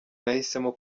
nahisemo